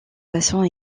passant